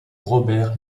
robert